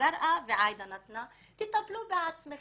שיטפלו בעצמם